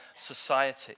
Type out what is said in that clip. society